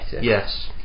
Yes